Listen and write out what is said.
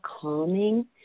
calming